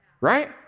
Right